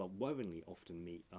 ah woeingly often meet